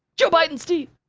joe biden's teeth!